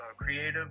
creative